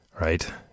right